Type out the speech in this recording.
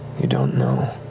you don't know.